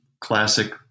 classic